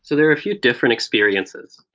so there are a few different experiences.